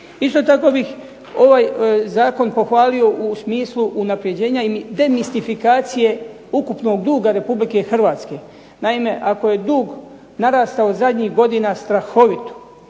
Isto tako bih ovaj zakon pohvalio u smislu unapređenja i demistifikacije ukupnog duga Republike Hrvatske. Naime, ako je dug narastao zadnjih godina strahovito,